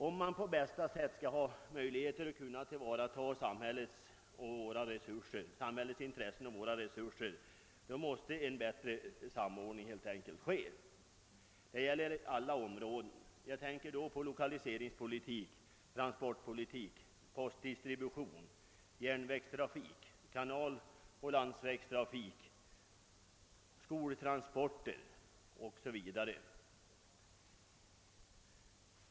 Om vi skall ha möjlighet att på bästa sätt tillvarata samhällets intressen och resurser, måste en bättre samordning helt enkelt ske. Detta gäller på alla områden — jag tänker på lokaliseringspolitik, transportpolitik, postdistribution, järnvägstrafik, kanaloch landsvägstrafik, skoltransporter o.s.v.